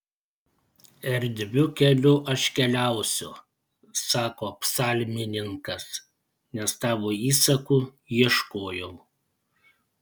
erdviu keliu aš keliausiu sako psalmininkas nes tavo įsakų ieškojau